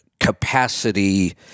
capacity